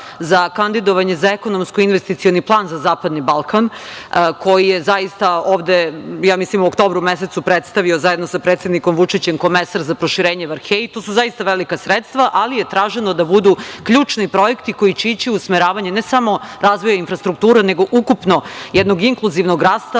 za kandidovanje za ekonomsko-investicioni plan za zapadni Balkan koji je ovde u oktobru mesecu predstavio zajedno sa predsednikom Vučićem komesar za proširenje Varhej. To su zaista velika sredstva, ali je traženo da budu ključni projekti koji će ići u usmeravanje, ne samo razvoja infrastrukture, nego ukupno jednog inkluzivnog rasta,